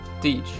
teach